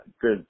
Good